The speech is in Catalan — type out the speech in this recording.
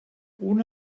una